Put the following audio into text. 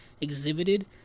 exhibited